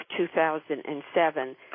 2007